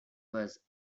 was